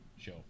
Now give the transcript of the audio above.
show